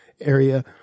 area